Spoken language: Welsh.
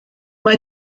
mae